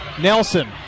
Nelson